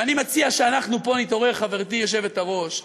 ואני מציע שאנחנו פה נתעורר, חברתי היושבת-ראש,